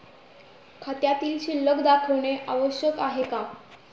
खात्यातील शिल्लक दाखवणे आवश्यक आहे का?